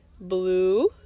Blue